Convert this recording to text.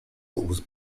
was